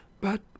But